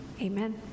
amen